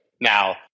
Now